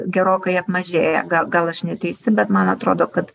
gerokai apmažėję gal gal aš neteisi bet man atrodo kad